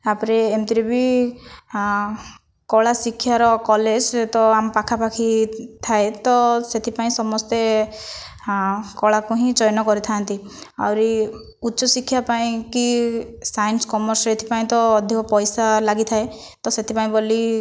ତାପରେ ଏମିତିରେ ବି କଳା ଶିଖିବାର କଲେଜ ତ ଆମ ପାଖାପଖି ଥାଏ ତ ସେଥିପାଇଁ ସମସ୍ତେ କଳାକୁ ହିଁ ଚୟନ କରିଥାନ୍ତି ଆହୁରି ଉଚ୍ଚଶିକ୍ଷା ପାଇଁ କି ସାଇନ୍ସ କମର୍ସ ଏଥିପାଇଁ ତ ଅଧିକା ପଇସା ଲାଗିଥାଏ ତ ସେଥିପାଇଁ ବୋଲି